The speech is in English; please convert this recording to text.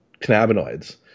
cannabinoids